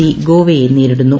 C ഗോവയെ നേരിടുന്നു